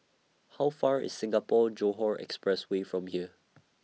How Far IS Singapore Johore Express Way from here